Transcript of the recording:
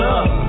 up